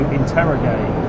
interrogate